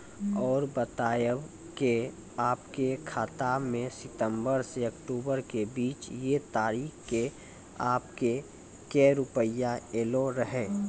और बतायब के आपके खाते मे सितंबर से अक्टूबर के बीज ये तारीख के आपके के रुपिया येलो रहे?